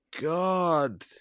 God